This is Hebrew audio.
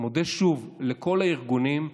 אני מודה שוב לכל הארגונים.